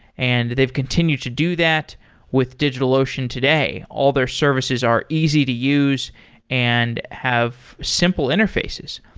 and they've continued to do that with digitalocean today. all their services are easy to use and have simple interfaces.